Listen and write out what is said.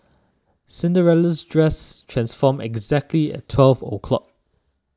Cinderella's dress transformed exactly at twelve o' clock